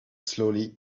slowly